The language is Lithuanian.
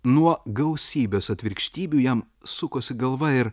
nuo gausybės atvirkštybių jam sukosi galva ir